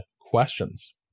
questions